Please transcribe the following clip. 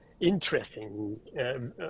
interesting